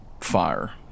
Fire